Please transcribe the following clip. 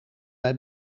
bij